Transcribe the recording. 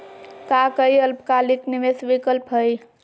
का काई अल्पकालिक निवेस विकल्प हई?